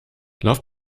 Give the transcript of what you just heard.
lauf